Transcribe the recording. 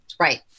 Right